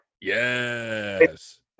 Yes